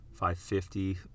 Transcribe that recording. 550